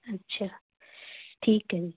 ਅੱਛਾ ਠੀਕ ਹੈ ਜੀ